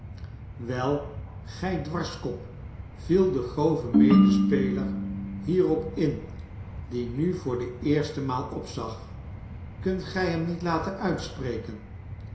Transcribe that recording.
wei gij dwarskop viel de grove medespeler hierop in die nu voor de eerste maal opzag kunt gij hem niet laten uitspreken